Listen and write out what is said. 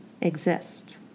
exist